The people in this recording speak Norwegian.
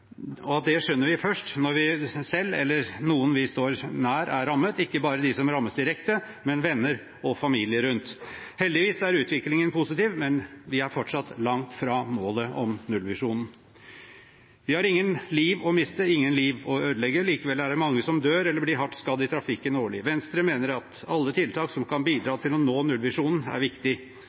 og det skjønner vi først når vi selv eller noen vi står nær, er rammet – ikke bare de som rammes direkte, men venner og familie rundt. Heldigvis er utviklingen positiv, men vi er fortsatt langt fra målet, nullvisjonen. Vi har ingen liv å miste, ingen liv å ødelegge. Likevel er det mange som dør eller blir hardt skadd i trafikken årlig. Venstre mener at alle tiltak som kan bidra til å nå nullvisjonen, er viktig.